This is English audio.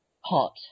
hot